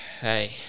hey